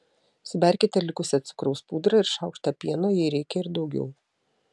suberkite likusią cukraus pudrą ir šaukštą pieno jei reikia ir daugiau